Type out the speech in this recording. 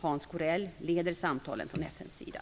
Hans Corell leder samtalen från FN:s sida.